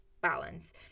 balance